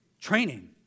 training